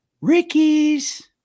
Ricky's